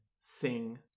sing